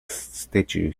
statue